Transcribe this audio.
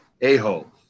a-hole